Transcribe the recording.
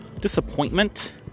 disappointment